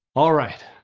alright,